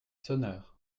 sonneurs